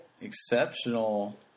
exceptional